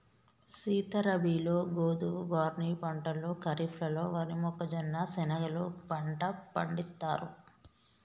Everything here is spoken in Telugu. సీత రబీలో గోధువు, బార్నీ పంటలు ఖరిఫ్లలో వరి, మొక్కజొన్న, శనిగెలు పంట పండిత్తారు